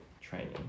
training